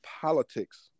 politics